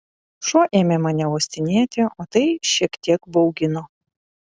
šuo ėmė mane uostinėti o tai šiek tiek baugino